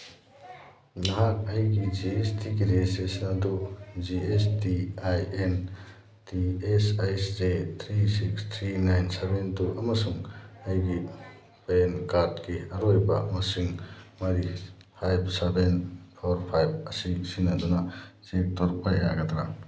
ꯅꯍꯥꯛ ꯑꯩꯒꯤ G S ꯇꯤꯒꯤ ꯔꯦꯖꯤꯁꯇ꯭ꯔꯦꯁꯟ ꯑꯗꯨ G S T I N T S H J three six three nine seven two ꯑꯃꯁꯨꯡ ꯑꯩꯒꯤ ꯄꯦꯟ ꯀꯥꯔꯠꯀꯤ ꯑꯔꯣꯏꯕ ꯃꯁꯤꯡ ꯃꯔꯤ ꯐꯥꯏꯚ ꯁꯚꯦꯟ ꯐꯣꯔ ꯐꯥꯏꯚ ꯑꯁꯤ ꯁꯤꯖꯤꯟꯅꯗꯨꯅ ꯆꯦꯛ ꯇꯧꯔꯛꯄ ꯌꯥꯒꯗ꯭ꯔꯥ